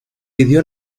pidió